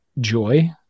joy